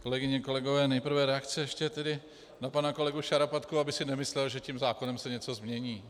Kolegyně, kolegové, nejprve ještě reakce na pana kolegu Šarapatku, aby si nemyslel, že tím zákonem se něco změní.